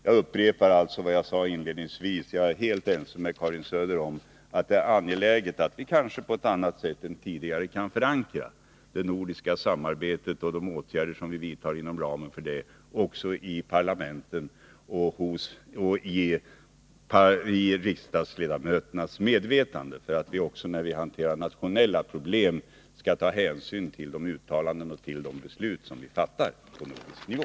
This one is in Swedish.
Jag upprepar alltså vad jag sade inledningsvis: Jag är helt ense med Karin Söder om det angelägna i att vi kanske på ett annat sätt än tidigare kan förankra det nordiska samarbetet och de åtgärder som vi vidtar inom ramen för detta också i parlamenten och i riksdagsledamöternas medvetande, för att vi också när vi hanterar nationella problem skall ta hänsyn till uttalandena och besluten på nordisk nivå.